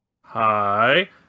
Hi